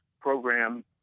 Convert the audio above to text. program